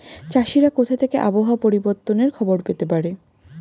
চাষিরা কোথা থেকে আবহাওয়া পরিবর্তনের খবর পেতে পারে?